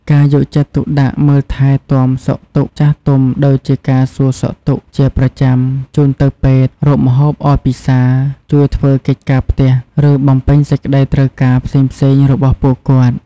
ការយកចិត្តទុកដាក់មើលថែទាំសុខទុក្ខចាស់ទុំដូចជាការសួរសុខទុក្ខជាប្រចាំ ជូនទៅពេទ្យ រកម្ហូបឲ្យពិសា ជួយធ្វើកិច្ចការផ្ទះ ឬបំពេញសេចក្ដីត្រូវការផ្សេងៗរបស់ពួកគាត់។